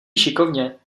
šikovně